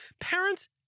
Parents